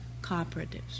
cooperatives